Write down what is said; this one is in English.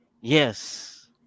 Yes